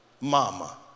mama